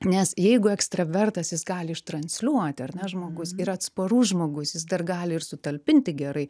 nes jeigu ekstravertas jis gali ištransliuoti ar ne žmogus yra atsparus žmogus jis dar gali ir sutalpinti gerai